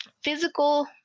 Physical